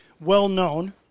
well-known